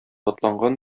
атланган